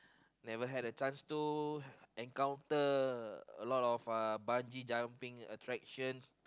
never had a chance to encounter a lot of uh bungee jumping attractions